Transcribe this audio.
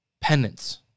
penance